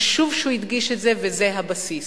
חשוב שהוא הדגיש את זה, וזה הבסיס.